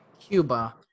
Cuba